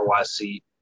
RYC